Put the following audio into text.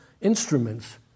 instruments